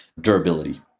durability